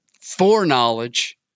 foreknowledge